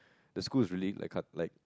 the school is really like cut like